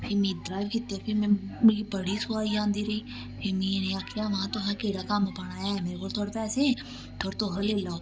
फ्ही मी इद्धरा बी कीते फ्ही में मिगी बड़ी सोआई आंदी रेही फ्ही में इ'नेंगी आखेआ महां तुसें केह्ड़ा कम्म पाना ऐ मेरे कोल थोह्ड़े पैसे थोह्ड़े तुस लेई लैओ